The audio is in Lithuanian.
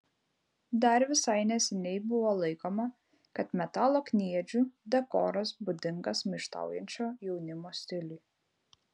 dar visai neseniai buvo laikoma kad metalo kniedžių dekoras būdingas maištaujančio jaunimo stiliui